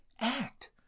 act